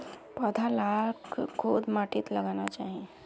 पौधा लाक कोद माटित लगाना चही?